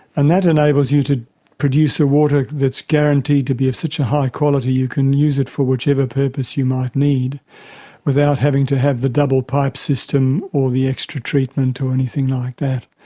and that enables you to produce a water that's guaranteed to be of such a high quality you can use it for whichever purpose you might need without having to have the double pipe system or the extra treatment or anything like that.